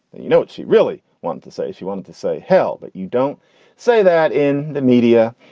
and you know what she really wants to say? she wanted to say hell, but you don't say that in the media.